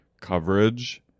coverage